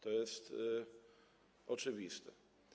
To jest oczywiste.